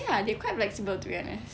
ya they're quite flexible to be honest